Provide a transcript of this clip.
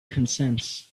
consents